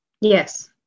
Yes